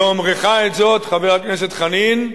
באומרך את זאת, חבר הכנסת חנין,